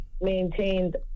maintained